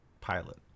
pilot